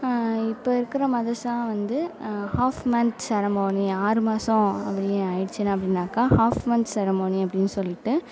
இப்போ இருக்கிற மதர்ஸ்லாம் வந்து ஆஃப் மன்த்ஸ் செரமோனி ஆறு மாசம் அப்படின்னு ஆயிடித்து அப்படின்னாக்கா ஆஃப் மன்த்ஸ் செரமோனி அப்படின்னு சொல்லிவிட்டு